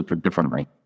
differently